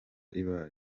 ibaye